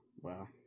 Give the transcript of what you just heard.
Wow